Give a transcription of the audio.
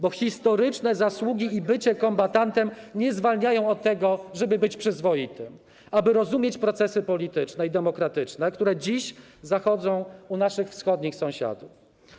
Bo historyczne zasługi i bycie kombatantem nie zwalniają od tego, żeby być przyzwoitym, aby rozumieć procesy polityczne i demokratyczne, które dziś zachodzą u naszych wschodnich sąsiadów.